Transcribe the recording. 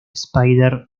spider